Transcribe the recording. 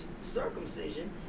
circumcision